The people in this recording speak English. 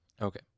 Okay